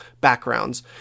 backgrounds